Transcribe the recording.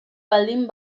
baldin